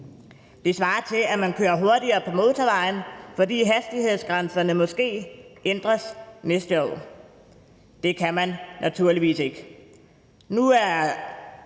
Det svarer til, at man kører hurtigere på motorvejen, fordi hastighedsgrænserne måske ændres næste år. Det kan man naturligvis ikke.